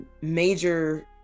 major